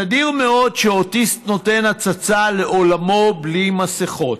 נדיר מאוד שאוטיסט נותן הצצה לעולמו בלי מסכות.